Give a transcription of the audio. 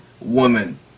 woman